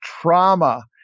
trauma